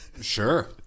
Sure